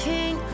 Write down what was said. King